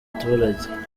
baturage